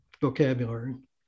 vocabulary